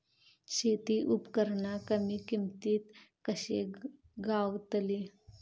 शेती उपकरणा कमी किमतीत कशी गावतली?